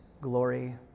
glory